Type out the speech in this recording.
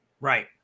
Right